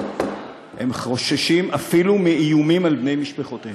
הם חוששים אפילו מאיומים על בני משפחותיכם.